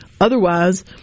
Otherwise